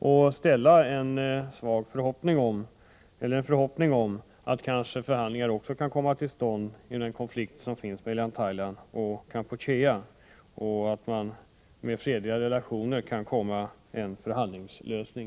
Man kan ha en förhoppning om att förhandlingar kanske också kan komma till stånd när det gäller konflikten mellan Thailand och Kampuchea och resultera i en fredlig lösning.